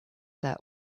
that